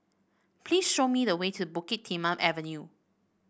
please show me the way to Bukit Timah Avenue